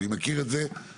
אני מכיר את זה מעברי.